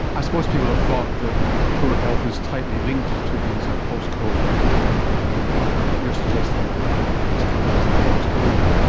i suppose people have thought that poor health is tightly linked to things like post code and and and income, but you're suggesting that it might not be as tight as that or as clear.